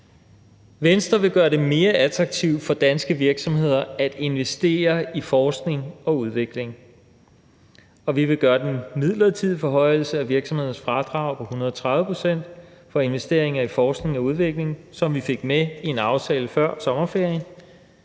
Venstre vil gøre det mere attraktivt for danske virksomheder at investere i forskning og udvikling, og vi vil gøre den midlertidige forhøjelse af virksomhedernes fradrag på 130 pct. for investeringer i forskning og udvikling, som vi fik med i en aftale før sommerferien,